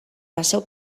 pasó